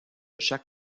chaque